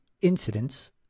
incidents